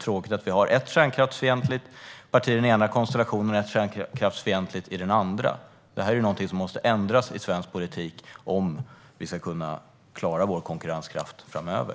Vi har ett kärnkraftsfientligt parti i den ena konstellationen och ett kärnkraftsfientligt parti i den andra konstellationen. Detta är någonting som måste ändras i svensk politik, om vi ska kunna klara vår konkurrenskraft framöver.